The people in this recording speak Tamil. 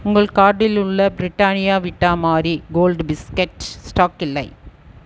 உங்கள் கார்ட்டில் உள்ள Britannia Vita Marie Gold biscuit stock இல்லை